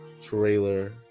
trailer